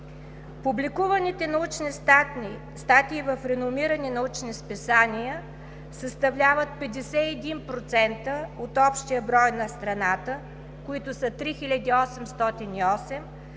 Публикуваните научни статии в реномирани научни списания съставляват 51% от общия брой в страната, които са 3808,